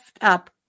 up